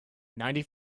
ninety